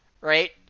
right